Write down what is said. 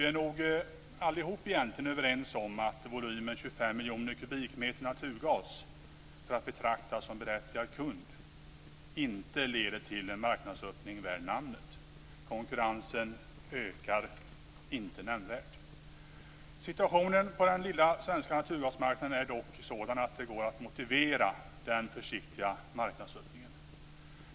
Vi är nog allihop egentligen överens om att volymen 25 miljoner kubikmeter naturgas för att betraktas som berättigad kund inte leder till en marknadsöppning värd namnet. Konkurrensen ökar inte nämnvärt. Situationen på den lilla svenska naturgasmarknaden är dock sådan att det går att motivera den försiktiga marknadsöppningen.